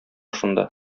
шунда